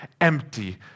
empty